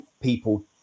people